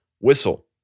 WHISTLE